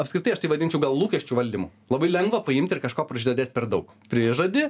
apskritai aš tai vadinčiau gal lūkesčių valdymu labai lengva paimt ir kažko prižadėt per daug prižadi